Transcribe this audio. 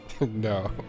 No